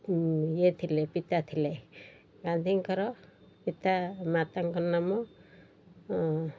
ଇଏ ଥିଲେ ପିତା ଥିଲେ ଗାନ୍ଧୀଙ୍କର ପିତା ମାତାଙ୍କ ନାମ